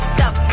Stop